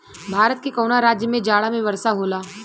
भारत के कवना राज्य में जाड़ा में वर्षा होला?